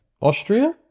Austria